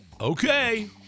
Okay